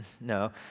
No